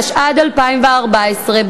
התשע"ד 2014,